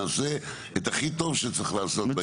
נעשה את הכי טוב שצריך לעשות.